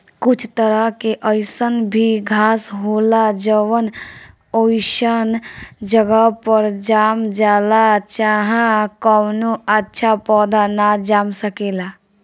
कुछ तरह के अईसन भी घास होला जवन ओइसन जगह पर जाम जाला जाहा कवनो अच्छा पौधा ना जाम सकेला